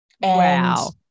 wow